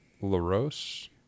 LaRose